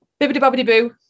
bibbidi-bobbidi-boo